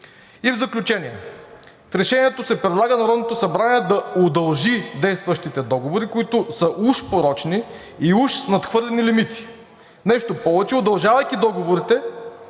В заключение. В решението се предлага Народното събрание да удължи действащите договори, които са уж порочни и уж с надхвърлени лимити. Нещо повече, удължавайки договорите,